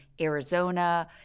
Arizona